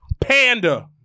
Panda